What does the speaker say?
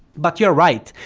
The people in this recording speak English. but you're right,